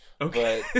Okay